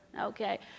okay